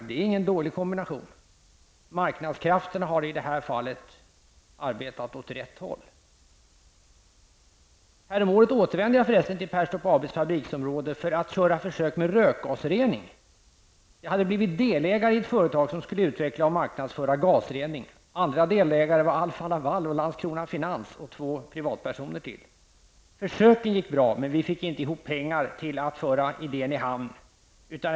Det är ingen dålig kombination. Marknadskrafterna har i det här fallet arbetat åt rätt håll. Häromåret återvände jag förresten till Perstorp ABs fabriksområde för att göra försök med rökgasrening. Jag hade blivit delägare i ett företag som skulle utveckla och marknadsföra gasrening. Andra delägare var Alfa-Laval, Landskrona Finans och två privatpersoner. Försöken gick bra, men vi fick inte ihop pengar till att föra idén i hamn.